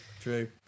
True